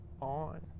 on